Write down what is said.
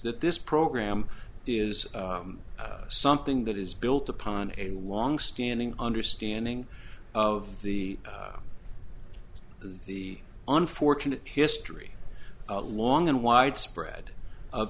that this program is something that is built upon a longstanding understanding of the the unfortunate history long and widespread of